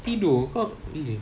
tidur kau eh